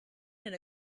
been